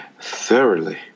thoroughly